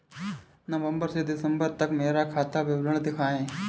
नवंबर से दिसंबर तक का मेरा खाता विवरण दिखाएं?